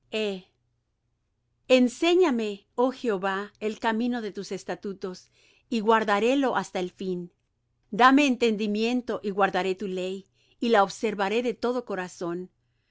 enséñame oh jehová el camino de tus estatutos y guardarélo hasta el fin dame entendimiento y guardaré tu ley y la observaré de todo corazón